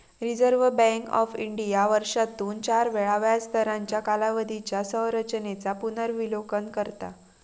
reserve bank of India वर्षातून चार वेळा व्याजदरांच्या कालावधीच्या संरचेनेचा पुनर्विलोकन करता